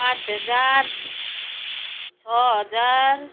पाँच हजार छ हजार